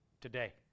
Today